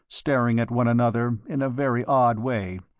staring at one another in a very odd way,